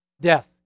Death